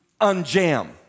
unjam